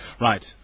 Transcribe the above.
Right